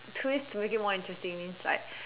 twist to make it more interesting means like